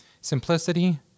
simplicity